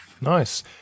nice